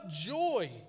joy